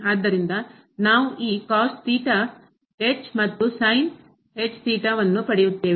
ಆದ್ದರಿಂದ ನಾವು ಈ ಮತ್ತು ಪಡೆಯುತ್ತೇವೆ